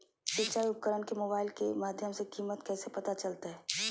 सिंचाई उपकरण के मोबाइल के माध्यम से कीमत कैसे पता चलतय?